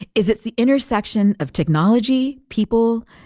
is it's the intersection of technology, people,